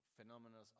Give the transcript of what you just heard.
Phenomena